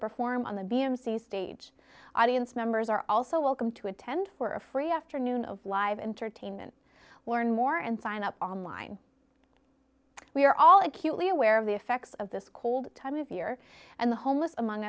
perform on the b m c stage audience members are also welcome to attend for free afternoon of live entertainment learn more and sign up online we are all acutely aware of the effects of this cold time of year and the homeless among